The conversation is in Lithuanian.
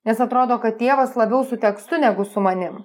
nes atrodo kad tėvas labiau su tekstu negu su manim